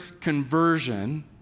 conversion